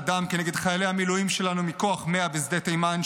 המילואים שלנו מכוח 100 בשדה תימן,